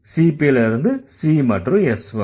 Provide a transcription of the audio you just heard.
CP ல இருந்து C மற்றும் S வரும்